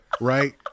right